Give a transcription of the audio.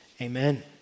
amen